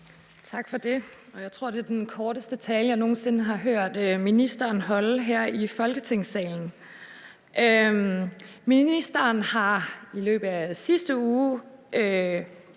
Tak for det. Jeg tror, det er den korteste tale, jeg nogen sinde har hørt ministeren holde her i Folketingssalen. Ministeren har i løbet af sidste uge